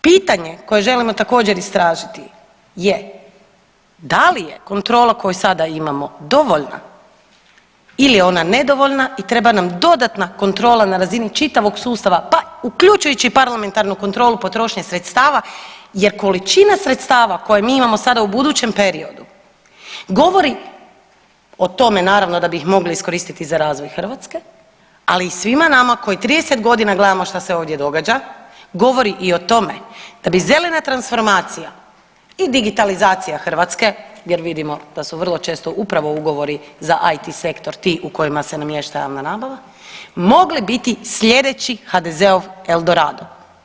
Pitanje koje želimo također istražiti je da li je kontrola koju sada imamo dovoljna ili je ona nedovoljna i treba nam dodatna kontrola na razini čitavog sustava pa uključujući i parlamentarnu kontrolu potrošnje sredstava jer količina sredstava koje mi imamo sada u buduće periodu govori o tome naravno da bi ih mogli iskoristiti za razvoj Hrvatske, ali i svima nama koji 30 godina gledamo šta se ovdje događa, govori i o tome da bi zelena transformacija i digitalizacija Hrvatske jer vidimo da su vrlo često upravo ugovori za IT sektor ti u kojima se namješta javna nabava, mogli biti slijedeći HDZ-ov El Dorado.